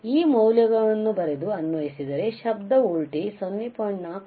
ಈ ಮೌಲ್ಯಗಳನ್ನು ಬರೆದು ಅನ್ವಯಿಸಿದರೆ ಶಬ್ದ ವೋಲ್ಟೇಜ್ 0